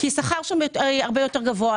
כי השכר שם הרבה יותר גבוה.